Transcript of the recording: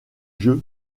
jeu